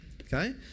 okay